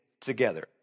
together